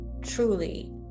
truly